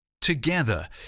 Together